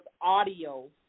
audio